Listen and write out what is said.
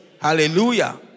Hallelujah